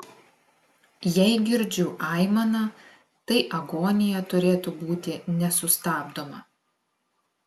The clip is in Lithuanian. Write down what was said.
jei girdžiu aimaną tai agonija turėtų būti nesustabdoma